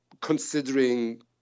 considering